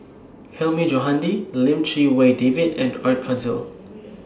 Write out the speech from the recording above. Hilmi Johandi Lim Chee Wai David and Art Fazil